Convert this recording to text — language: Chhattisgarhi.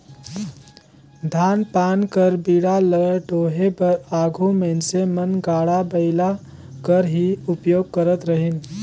धान पान कर बीड़ा ल डोहे बर आघु मइनसे मन गाड़ा बइला कर ही उपियोग करत रहिन